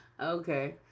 Okay